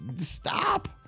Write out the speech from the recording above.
stop